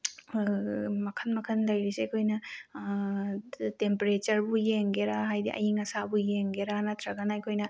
ꯃꯈꯜ ꯃꯈꯜ ꯂꯩꯔꯤꯁꯦ ꯑꯩꯈꯣꯏꯅ ꯇꯦꯝꯄꯔꯦꯆꯔꯕꯨ ꯌꯦꯡꯒꯦꯔꯥ ꯍꯥꯏꯗꯤ ꯑꯏꯪ ꯑꯁꯥꯕꯨ ꯌꯦꯡꯒꯦꯔꯥ ꯅꯠꯇ꯭ꯔꯒꯅ ꯑꯩꯈꯣꯏꯅ